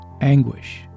anguish